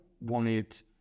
wanted